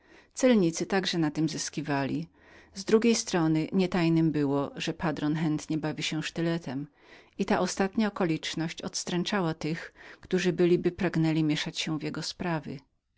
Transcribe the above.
celnicy także na tem zyskiwali z drugiej strony nie tajnem było że patron chętnie bawił się sztyletem i ta ostatnia uwaga odstręczała tych którzy byliby pragnęli mieszać się w jego sprawy